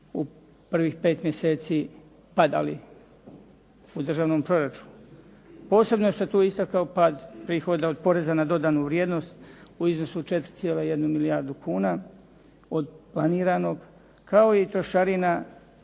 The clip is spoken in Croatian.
u prvih 5 mjeseci padali u državnom proračunu. Posebnu se tu istakao pad prihoda od poreza na dodanu vrijednost u iznosu od 4,1 milijardu kuna od planiranog, kao i trošarina